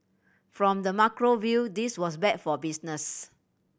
from the macro view this was bad for business